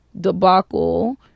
debacle